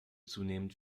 zunehmend